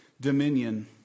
dominion